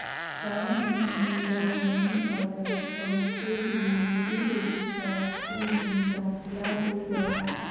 गांव में मेरा मनी ऑर्डर पहुंचते ही मेरी बेटी का स्कूल में दाखिला हो गया